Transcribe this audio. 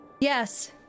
Yes